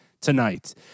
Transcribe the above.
tonight